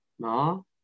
No